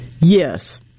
Yes